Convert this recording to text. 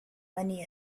money